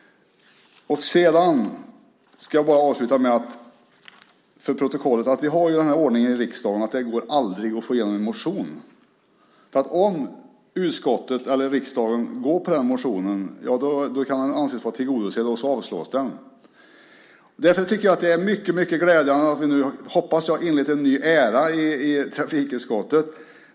Slutligen vill jag för protokollets skull nämna att vi i riksdagen har den ordningen att det aldrig går att få igenom en motion. Om utskottet stöder motionen kan den anses vara tillgodosedd och därmed avstyrks den. Därför är det mycket glädjande att vi nu, hoppas jag, inlett en ny era i trafikutskottet.